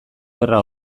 gerra